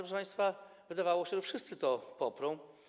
Proszę państwa, wydawało się, że wszyscy to poprą.